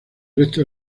resto